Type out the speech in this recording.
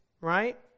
right